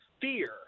fear